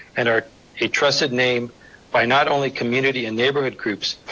and are a trusted name by not only community and neighborhood groups,